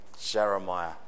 Jeremiah